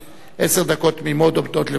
עשר דקות תמימות עומדות לרשותך.